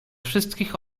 wszystkich